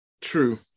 True